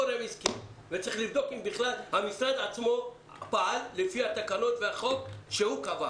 צריך לבדוק אם בכלל המשרד עצמו פעל לפי התקנות והחוק שהוא קבע